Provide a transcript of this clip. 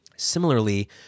similarly